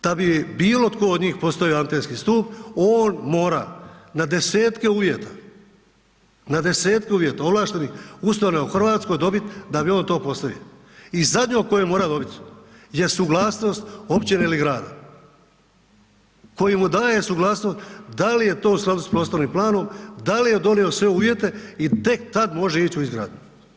Da bi bilo tko od njih postavio antenski stup, on mora na desetke uvjeta, na desetke uvjeta ovlaštenih ... u Hrvatskoj dobiti da bi on to postavio i zadnju koju mora dobit je suglasnost općine ili grada koji mu daje suglasnost da li je to s prostornim planom, da li je donio sve uvjete i tek tad može ići u izgradnju.